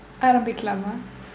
ஆரம்பிக்கலாம்:aarampikkalaam